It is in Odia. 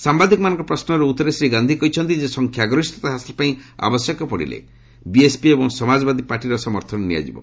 ସାମ୍ବାଦିକମାନଙ୍କର ପ୍ରଶ୍ନର ଉତ୍ତରରେ ଶ୍ରୀ ଗାନ୍ଧି କହିଛନ୍ତି ଯେ ସଂଖ୍ୟାଗରିଷ୍ଠତା ହାସଲ ପାଇଁ ଆବଶ୍ୟକ ପଡ଼ିଲେ ବିଏସ୍ପି ଏବଂ ସମାଜବାଦୀ ପାର୍ଟିର ସମର୍ଥନ ନିଆଯିବ